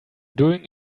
doing